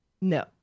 no